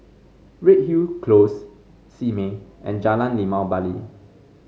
Redhill Close Simei and Jalan Limau Bali